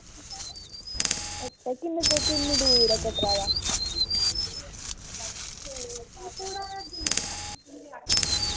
अच्छा किन्नी ते किन्नी दूर ऐ कटरा दा